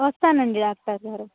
వస్తానండి డాక్టర్ గారు